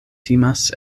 timas